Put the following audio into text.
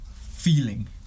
feeling